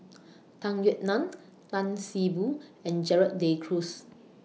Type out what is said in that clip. Tung Yue Nang Tan See Boo and Gerald De Cruz